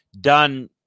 done